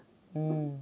mm